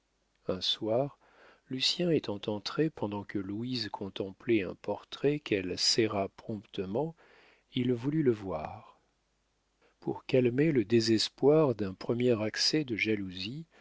un soir lucien étant entré pendant que louise contemplait un portrait qu'elle serra promptement il voulut le voir pour calmer le désespoir d'un premier accès de jalousie